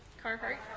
Carhartt